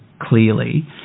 clearly